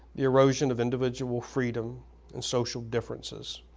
the erosion of individual freedom and social differences,